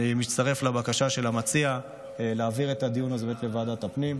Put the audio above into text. אני מצטרף לבקשה של המציע להעביר את הדיון הזה לוועדת הפנים,